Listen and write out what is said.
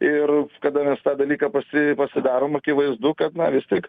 ir kada tą dalyką pasi pasidarom akivaizdu kad na vis tik